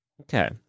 Okay